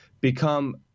become